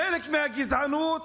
חלק מהגזענות,